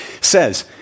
says